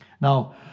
Now